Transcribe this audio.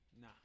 Nah